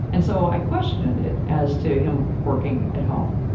and so, i questioned and it as to him working at home.